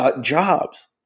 jobs